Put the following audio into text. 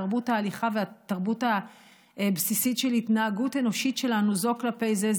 תרבות ההליכה והתרבות הבסיסית של התנהגות אנושית שלנו זו כלפי זה,